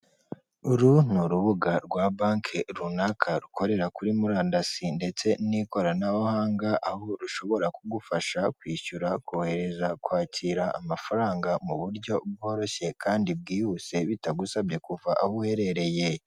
Uru ni urubuga rwa banki runaka rukorera kuri murandasi ndetse n'ikoranabuhanga, aho rushobora kugufasha kwishyura, kohereza, kwakira amafaranga mu buryo bworoshye kandi bwihuse, bitagusabye kuva aho uherereye.